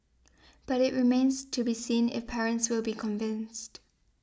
but it remains to be seen if parents will be convinced